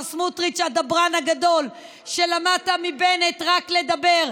מר סמוטריץ', הדברן הגדול, שלמדת מבנט רק לדבר.